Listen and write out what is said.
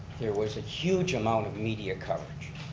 there was a huge amount of media coverage.